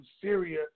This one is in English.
Syria